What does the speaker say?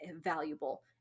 valuable